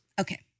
Okay